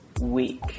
week